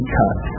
cut